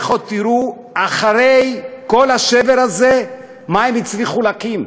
לכו תראו, אחרי כל השבר הזה, מה הם הצליחו להקים,